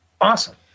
Awesome